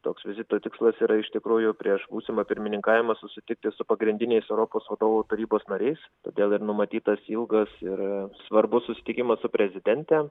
toks vizito tikslas yra iš tikrųjų prieš būsimą pirmininkavimą susitikti su pagrindiniais europos vadovų tarybos nariais todėl ir numatytas ilgas ir svarbus susitikimas su prezidente